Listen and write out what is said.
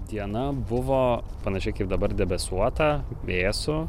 diena buvo panaši kaip dabar debesuota vėsu